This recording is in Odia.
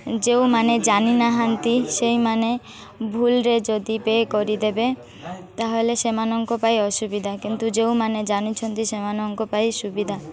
ଯେଉଁମାନେ ଜାଣି ନାହାନ୍ତି ସେଇମାନେ ଭୁଲରେ ଯଦି ପେ କରିଦେବେ ତା'ହେଲେ ସେମାନଙ୍କ ପାଇଁ ଅସୁବିଧା କିନ୍ତୁ ଯେଉଁମାନେ ଜାଣିଛନ୍ତି ସେମାନଙ୍କ ପାଇଁ ସୁବିଧା